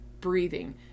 breathing